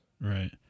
right